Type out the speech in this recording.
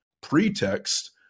pretext